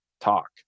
talk